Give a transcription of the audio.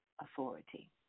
authority